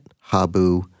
Habu